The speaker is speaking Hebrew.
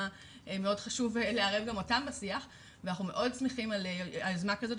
מאוד חשוב לערב גם אותם בשיח ואנחנו מאוד שמחים על היוזמה הזאת,